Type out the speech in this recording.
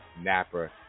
Napper